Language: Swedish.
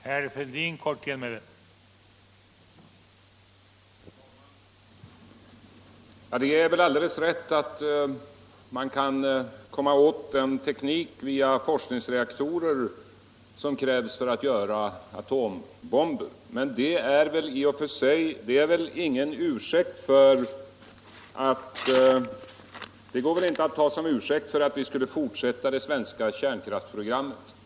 Herr talman! Det är alldeles riktigt att man via forskningsreaktorer kan komma åt den teknik som krävs för att tillverka atombomber. Men det är väl ingen ursäkt för att fortsätta det svenska kärnkraftsprogrammet.